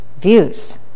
views